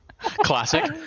classic